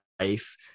life